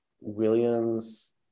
Williams